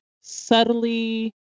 subtly